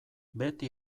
beti